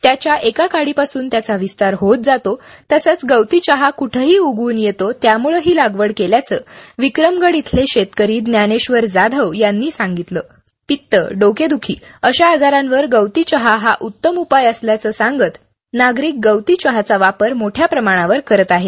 त्याच्या एका काडीपासून त्याचा विस्तार होत जातो तसंच गवतीचहा कुठेही उगवून येतो त्यामुळे ही लागवड केल्याचं विक्रमगड इथले शेतकरी ज्ञानेक्षर जाधव यांनी सांगितलं पित्त डोकेदुखी अशा आजारांवर गवतीचहा हा उत्तम उपाय असल्याचं सांगत नागरिक गवती चहाचा वापर मोठ्या प्रमाणावर करत आहेत